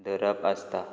धरप आसता